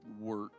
work